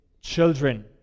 children